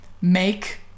make